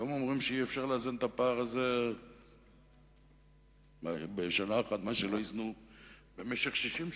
היום אומרים שאי-אפשר לאזן בשנה אחת את הפער שלא איזנו במשך 60 שנה.